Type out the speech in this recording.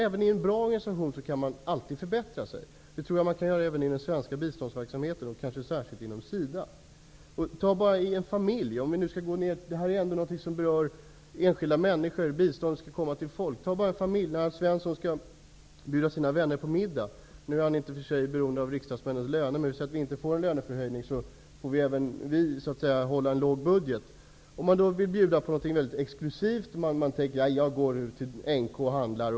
Även i en bra organisation går det alltid att åstadkomma förbättringar, och jag tror att det går att åstadkomma förbättringar i den svenska biståndsverksamheten -- och särskilt inom SIDA. Den här frågan berör ändå enskilda människor. Biståndet skall ju komma folk till del. Vi kan ta ett exempel med en familj. Alf Svensson skall bjuda sina vänner på middag. Nu är han i och för sig inte beroende av riksdagsmännens löner. Men om vi nu inte får en löneförhöjning, så får även vi hålla en låg budget. Alf Svensson vill då bjuda sina vänner på något exklusivt, och han går då till NK och handlar.